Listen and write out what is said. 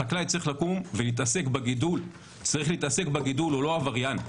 החקלאי צריך לקום ולהתעסק בגידול, הוא לא עבריין,